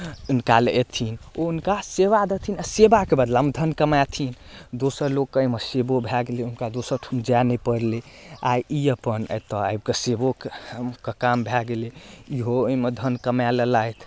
हुनका लग एथिन तऽ ओ हुनका सेवा देथिन सेवाके बदलामे धन कमएथिन दोसर लोक के एहिमे सेबो भए गेलै हुनका दोसर ठाम जाय नहि परलै आ ई अपन एतऽ आबि कऽ सेबोके काम भए गेलै ईहो एहिमे धन कमा लेलाह एक